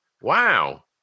wow